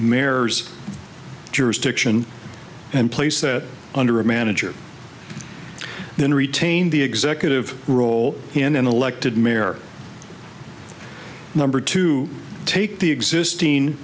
mare's jurisdiction and place that under a manager then retain the executive role in an elected mayor number two take the existing